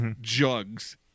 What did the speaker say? jugs